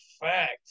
fact